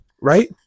right